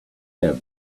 have